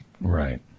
Right